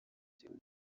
igihugu